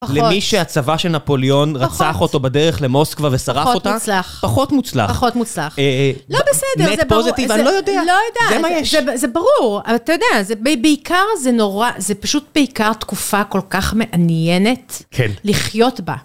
למי שהצבא של נפוליון רצח אותו בדרך למוסקווה ושרף אותה? פחות מוצלח. פחות מוצלח. פחות מוצלח. לא בסדר, זה ברור. נט פוזיטיב, אני לא יודעת. לא יודעת. זה מה יש. זה ברור, אבל אתה יודע, זה בעיקר זה נורא... זה פשוט בעיקר תקופה כל כך מעניינת לחיות בה.